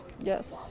Yes